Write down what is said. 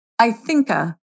Ithinka